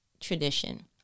tradition